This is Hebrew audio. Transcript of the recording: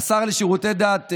העיקר להמשיך עם הדריסה הזאת,